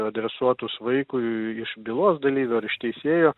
adresuotus vaikui iš bylos dalyvių ar iš teisėjo